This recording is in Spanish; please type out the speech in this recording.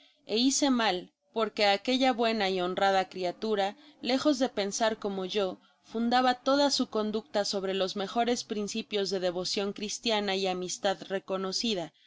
ó hice m al porque aquella buena y honrada criatura lejos de pensar como yo fundaba toda su conducta sobre los mejores principios de devocion cristiana y amistad reconocida